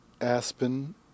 aspen